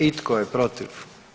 I tko je protiv?